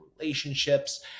relationships